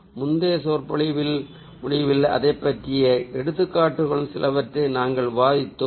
முந்தைய சொற்பொழிவில் முடிவில் அதைப் பற்றிய எடுத்துக்காட்டுகள் சிலவற்றை நாங்கள் விவாதித்தோம்